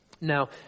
Now